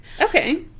okay